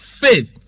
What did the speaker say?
faith